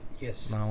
Yes